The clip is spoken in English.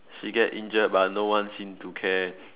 she get injured but no one seem to care